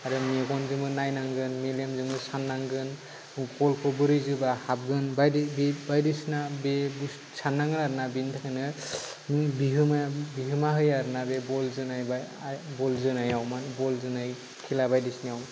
मेगनजोंबो नायनांगोन मेलेमजोंबो साननांगोन बलखौ बोरै जोबा हाबगोन बायदिसिना साननांगोन आरो बेनि थाखाय बिहोमा होयो आरो ना बल जोनायाव बल जोनाय खेला बायदिसिनायाव